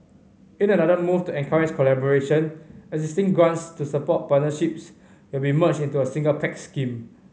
in another move to encourage collaboration existing grants to support partnerships will be merged into a single Pact scheme